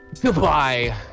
Goodbye